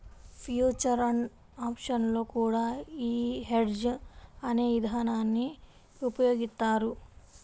future and options లో కూడా యీ హెడ్జ్ అనే ఇదానాన్ని ఉపయోగిత్తారు